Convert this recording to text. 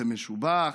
זה משובח.